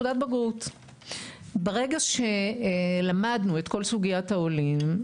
ברגע שלמדנו את כל סוגיית העולים,